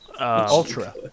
Ultra